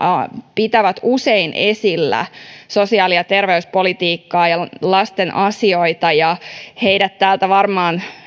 pitävät usein esillä sosiaali ja terveyspolitiikkaa ja lasten asioita ja heidät täältä varmaan